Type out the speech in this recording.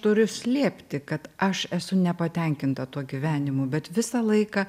turiu slėpti kad aš esu nepatenkinta tuo gyvenimu bet visą laiką